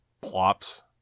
plops